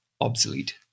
obsolete